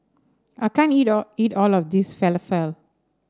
I can't eat all eat all of this Falafel